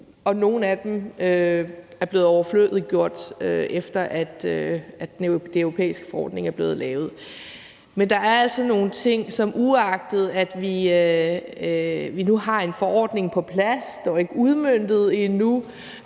nogle af dem er blevet overflødiggjort, efter at den europæiske forordning er blevet lavet. Men der er altså nogle ting, som vi fra SF's side stadig væk mener – uagtet at vi nu har en forordning på plads, dog ikke udmøntet endnu